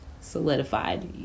solidified